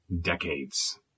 decades